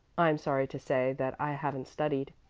i'm sorry to say that i haven't studied,